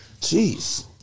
Jeez